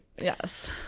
Yes